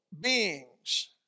beings